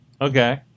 Okay